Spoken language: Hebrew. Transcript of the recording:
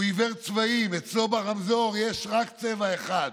אצלו ברמזור יש רק צבע אחד: